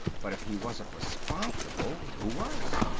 but if he wasn't responsible who was?